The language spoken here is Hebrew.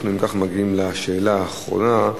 אנחנו מגיעים לשאלה האחרונה,